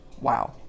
Wow